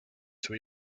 two